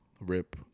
Rip